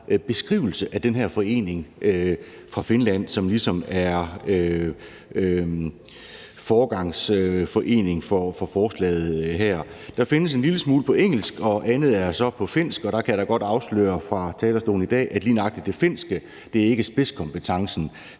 beskrivelse af den her forening fra Finland, som ligesom er foregangsforening for forslaget her. Der findes en lille smule på engelsk, og andet er så på finsk. Der kan jeg da godt afsløre fra talerstolen i dag, at lige nøjagtig det finske ikke er spidskompetencen